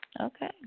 Okay